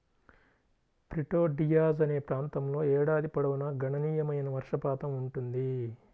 Prieto Diaz అనే ప్రాంతంలో ఏడాది పొడవునా గణనీయమైన వర్షపాతం ఉంటుంది